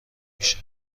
میشه